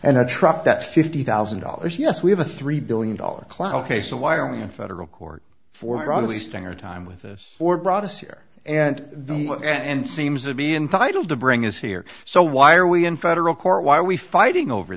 and a truck that fifty thousand dollars yes we have a three billion dollars clowe case in wyoming in federal court for at least on your time with us or brought us here and there and seems to be entitled to bring us here so why are we in federal court why are we fighting over